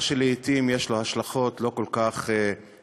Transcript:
מה שלעתים יש לו השלכות לא כל כך חיוביות.